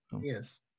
Yes